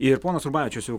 ir ponas rubavičius jau